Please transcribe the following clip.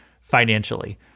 financially